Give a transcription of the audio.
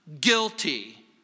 guilty